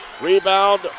Rebound